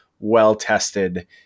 well-tested